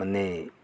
ᱢᱟᱱᱮ